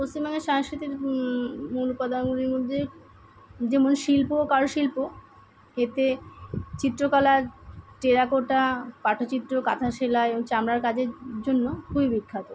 পশ্চিমবঙ্গের সাংস্কৃতিক মূল উপাদানগুলির মধ্যে যেমন শিল্প ও কারুশিল্প এতে চিত্রকলা টেরাকোটা পাঠচিত্র কাঁথা সেলাই এবং চামড়ার কাজের জন্য খুবই বিখ্যাত